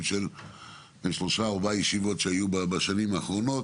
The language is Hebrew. של שלוש או ארבע ישיבות שהיו בשנים האחרונות.